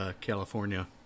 California